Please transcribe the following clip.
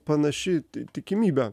panaši tikimybė